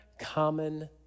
common